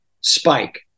Spike